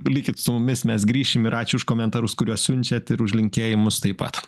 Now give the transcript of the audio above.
likit su mumis mes grįšim ir ačiū už komentarus kuriuos siunčiat ir už linkėjimus taip pat